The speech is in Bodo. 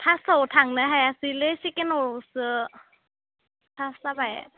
फार्स्टआव थांनो हायासैलै सेकेन्डआवसो पास जाबाय